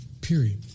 Period